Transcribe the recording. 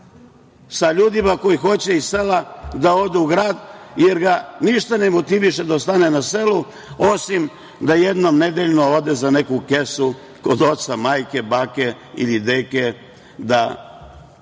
sa ljudima koji hoće iz sela da odu u grad, jer ga ništa ne motiviše da ostane na selu, osim da jednom nedeljno ode za neku kesu kod oca, majke, bake ili deke da